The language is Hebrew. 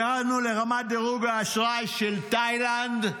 הגענו לרמת דירוג האשראי של תאילנד,